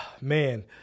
man